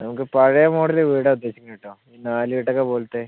നമുക്ക് പഴയ മോഡൽ വീടാ ഉദ്ദേശിക്കുന്നത് കേട്ടോ ഈ നാലുകെട്ടൊക്കെ പോലത്തെ